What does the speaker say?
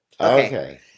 Okay